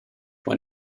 when